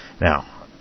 Now